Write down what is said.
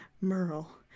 merle